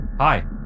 Hi